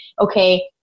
okay